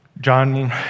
John